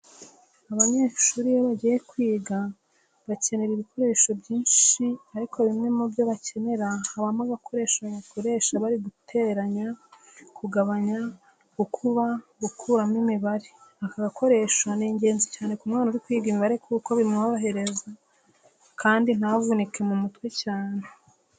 Abanyeshuri iyo bagiye kwiga bakenera ibikoreshjo byinshi ariko bimwe mu byo bakenera habamo agakoresho bakoresha bari guteranya, kugabanya, gukuba, gukuramo imibare. Aka gakoresho ni ingenzi cyane ku mwana uri kwiga imibare kuko bimworohereza kandi ntavunike mu mutwe cyane.